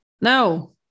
No